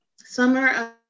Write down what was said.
summer